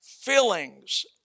fillings